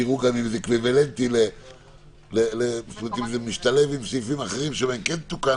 תראו אם זה משתלב עם סעיפים אחרים שבהם כן תוקן